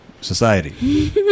society